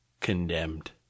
condemned